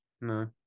no